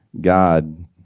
God